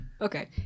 Okay